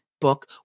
book